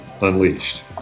unleashed